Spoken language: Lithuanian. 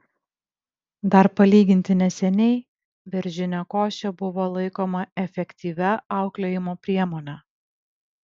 dar palyginti neseniai beržinė košė buvo laikoma efektyvia auklėjimo priemone